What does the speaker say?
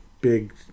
big